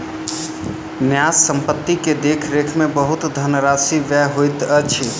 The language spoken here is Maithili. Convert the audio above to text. न्यास संपत्ति के देख रेख में बहुत धनराशि व्यय होइत अछि